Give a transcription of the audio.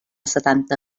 setanta